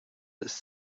ist